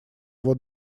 его